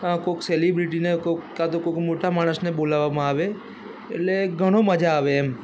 કોઈક સેલિબ્રિટીને કાં તો કોઈક મોટા માણસને બોલાવવામાં આવે એટલે ઘણો મજા આવે એમ